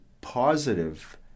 positive